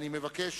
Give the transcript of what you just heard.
אני מבקש,